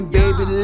baby